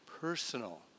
personal